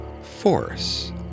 force